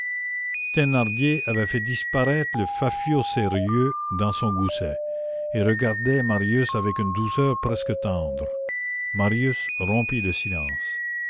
thénardier avait fait disparaître le fafiot sérieux dans son gousset et regardait marius avec une douceur presque tendre marius rompit le silence